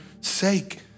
sake